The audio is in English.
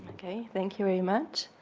okay. thank you very much.